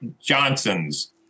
Johnsons